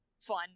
fun